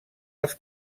els